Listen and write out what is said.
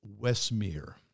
Westmere